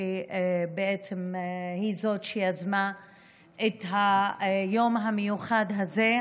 שהיא שיזמה את היום המיוחד הזה.